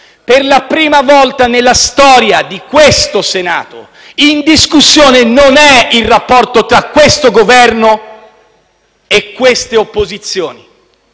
per la prima volta nella storia del Senato in discussione non è il rapporto tra il Governo e le opposizioni,